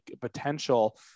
potential